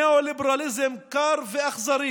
ניאו-ליברליזם קר ואכזרי